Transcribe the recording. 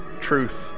truth